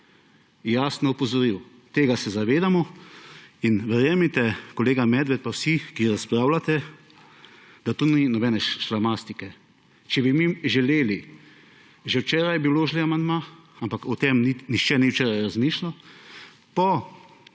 jasno opozoril. Tega se zavedamo in verjemite, kolega Medved pa vsi, ki razpravljate, da tu ni nobene šlamastike. Če bi mi želeli, bi že včeraj vložili amandma, ampak o tem nihče ni včeraj razmišljal.